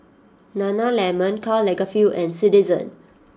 Nana Lemon Karl Lagerfeld and Citizen